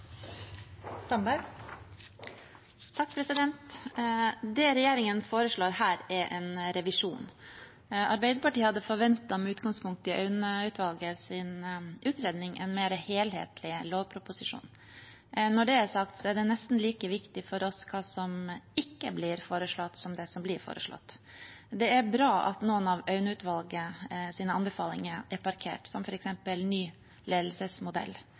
en revisjon. Arbeiderpartiet hadde forventet, med utgangspunkt i Aune-utvalgets utredning, en mer helhetlig lovproposisjon. Når det er sagt, er det nesten like viktig for oss hva som ikke blir foreslått, som det som blir foreslått. Det er bra at noen av anbefalingene fra Aune-utvalget er parkert, som f.eks. ny ledelsesmodell,